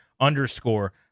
underscore